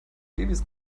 babys